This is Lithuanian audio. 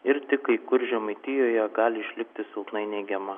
ir tik kai kur žemaitijoje gali išlikti silpnai neigiama